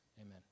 Amen